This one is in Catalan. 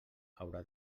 haurà